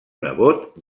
nebot